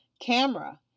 camera